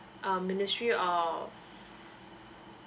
um ministry of